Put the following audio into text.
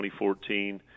2014